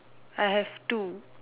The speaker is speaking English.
I have two